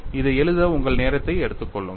இதை எழுத உங்கள் நேரத்தை எடுத்துக் கொள்ளுங்கள்